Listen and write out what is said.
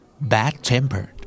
Bad-tempered